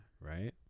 Right